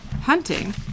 Hunting